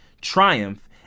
triumph